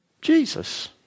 Jesus